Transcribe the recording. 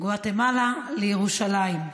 גואטמלה לירושלים.